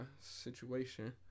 situation